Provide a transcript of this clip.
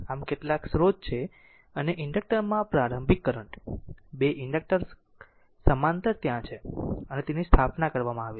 આમ કેટલાક સ્રોત છે અને ઇન્ડક્ટર માં પ્રારંભિક કરંટ 2 ઇન્ડક્ટર સમાંતર ત્યાં છે અને તેની સ્થાપના કરવામાં આવી છે